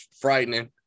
frightening